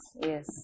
Yes